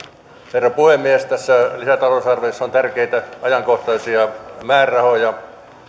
herra puhemies tässä lisätalousarviossa on tärkeitä ajankohtaisia määrärahoja tuossa edustaja